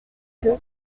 que